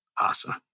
awesome